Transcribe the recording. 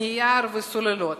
נייר וסוללות.